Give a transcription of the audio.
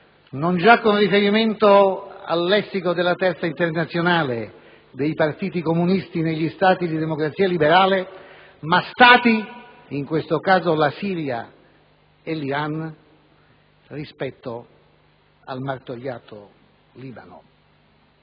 non già con riferimento al lessico della terza internazionale, dei partiti comunisti negli Stati di democrazia liberale, ma Stati, in questo caso la Siria e l'Iran, rispetto al martoriato Libano.